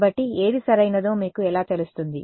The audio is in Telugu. కాబట్టి ఏది సరైనదో మీకు ఎలా తెలుస్తుంది